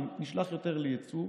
נשלח יותר ליצוא,